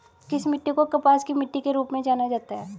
किस मिट्टी को कपास की मिट्टी के रूप में जाना जाता है?